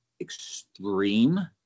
extreme